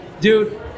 dude